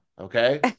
Okay